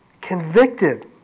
convicted